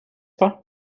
pas